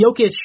Jokic